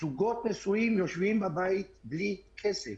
יושבים בבית בלי כסף.